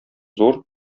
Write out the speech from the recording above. зур